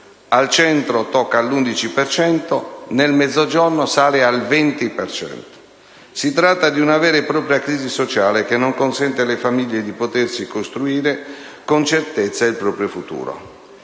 al Centro tocca l'11 per cento; nel Mezzogiorno sale al 20 per cento. Si tratta di una vera e propria crisi sociale che non consente alle famiglie di potersi costruire con certezza il proprio futuro.